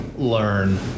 Learn